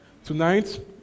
Tonight